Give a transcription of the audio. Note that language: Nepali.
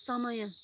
समय